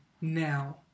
now